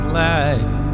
life